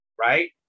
right